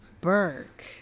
Burke